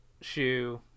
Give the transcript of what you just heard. shoe